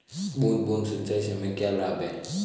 बूंद बूंद सिंचाई से हमें क्या लाभ है?